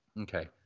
Okay